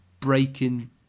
breaking